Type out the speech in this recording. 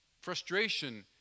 Frustration